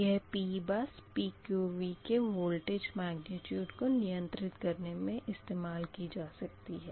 यह P बस PQV के वोलटेज मग्निट्यूड को नियंत्रित करने मे इस्तेमाल की जा सकती है